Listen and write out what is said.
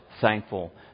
thankful